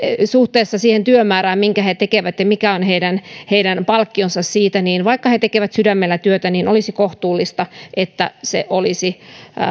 suhteessa siihen työmäärään minkä he tekevät ja siihen mikä on heidän heidän palkkionsa siitä vaikka he tekevät sydämellä työtä olisi kohtuullista että se olisi